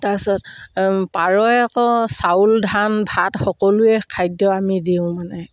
তাৰপাছত পাৰয়ে আকৌ চাউল ধান ভাত সকলোৱে খাদ্য আমি দিওঁ মানে